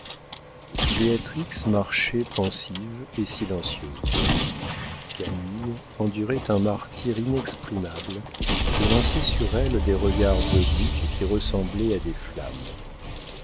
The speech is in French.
béatrix marchait pensive et silencieuse camille endurait un martyre inexprimable et lançait sur elle des regards obliques qui ressemblaient à des flammes